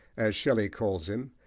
as shelley calls him,